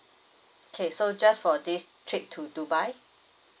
okay so just for this trip to dubai